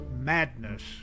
Madness